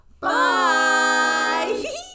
bye